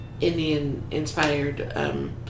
Indian-inspired